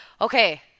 okay